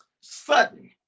sudden